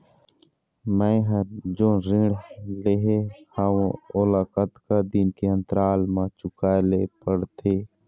मैं हर जोन ऋण लेहे हाओ ओला कतका दिन के अंतराल मा चुकाए ले पड़ते?